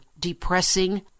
depressing